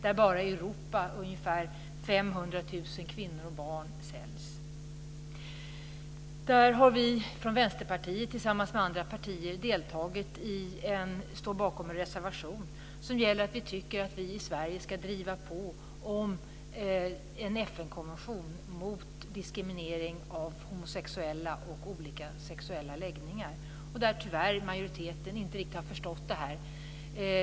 Enbart i Europa säljs ungefär 500 000 kvinnor och barn. Vänsterpartiet står tillsammans med andra partier bakom en reservation. Vi tycker att vi i Sverige ska driva på om en FN-konvention mot diskriminering av homosexuella och människor med olika sexuella läggningar. Tyvärr har majoriteten inte riktigt förstått det.